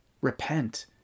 Repent